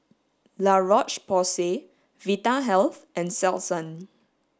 La Roche Porsay Vitahealth and Selsun